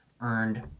earned